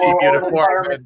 uniform